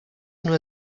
nur